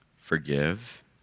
Forgive